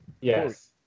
yes